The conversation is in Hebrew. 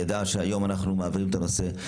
ידעה שהיום אנחנו מעבירים את הנושא.